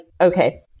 Okay